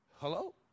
Hello